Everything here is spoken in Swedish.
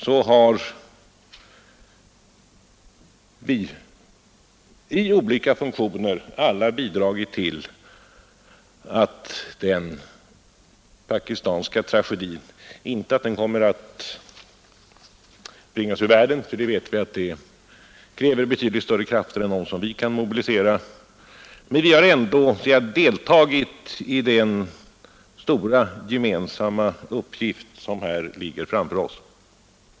Så har i olika funktioner alla bidragit inte till att den pakistanska tradgedin kommer att bringas ur världen, ty det vet vi att det kräver betydligt större krafter än vi kan mobilisera, men till att vi ändå deltagit i den stora gemensamma uppgift som här ligger framför oss.